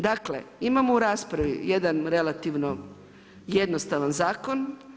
Dakle imamo u raspravi jedan relativno jednostavan zakon.